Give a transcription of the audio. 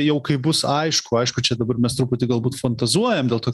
jau kaip bus aišku aišku čia dabar mes truputį galbūt fantazuojam dėl to